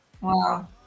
wow